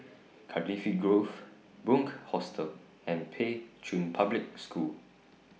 Cardifi Grove Bunc Hostel and Pei Chun Public School